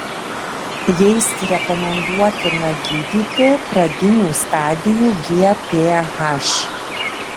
jais rekomenduotina gydyti pradinių stadijų gph